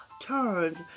turns